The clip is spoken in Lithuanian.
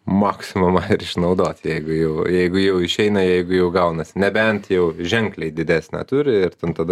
maksimumą ir išnaudot jeigu jau jeigu jau išeina jeigu jau gaunasi nebent jau ženkliai didesnę turi ir ten tada